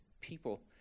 people